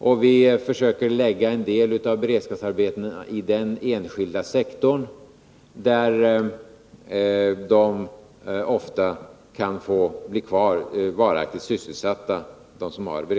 Och vi försöker placera en del av beredskapsarbetena inom den enskilda sektorn, där de som har beredskapsarbete ofta blir varaktigt sysselsatta.